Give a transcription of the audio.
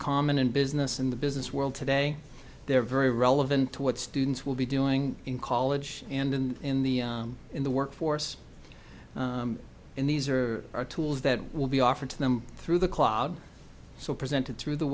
common in business in the business world today they're very relevant to what students will be doing in college and in the in the workforce in these are the tools that will be offered to them through the cloud so presented through the